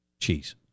Cheese